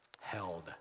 held